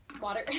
Water